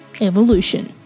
Evolution